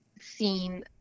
seen